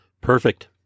Perfect